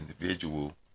individual